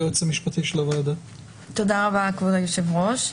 תודה רבה, כבוד היושב-ראש.